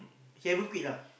he haven't quite lah